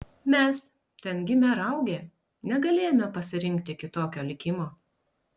mes ten gimę ir augę negalėjome pasirinkti kitokio likimo